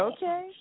Okay